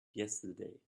yesterday